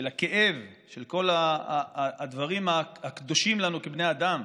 של הכאב של כל הדברים הקדושים לנו כבני אדם.